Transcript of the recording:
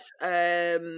yes